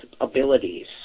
abilities